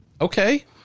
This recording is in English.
Okay